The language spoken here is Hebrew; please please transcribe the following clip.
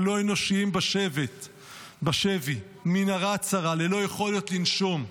הלא-אנושיים בשבי: מנהרה צרה ללא יכולת לנשום,